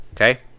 okay